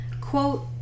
quote